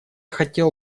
хотела